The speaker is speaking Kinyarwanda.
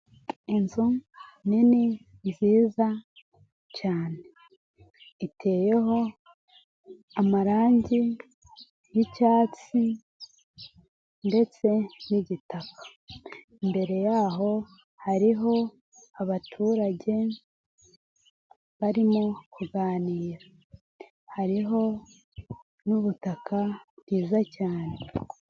Inzu nini nziza cyane, iteyeho amarangi y'icyatsi ndetse n'igitaka, imbere yaho hariho abaturage barimo kuganira, hariho n'ubutaka bwiza cyane.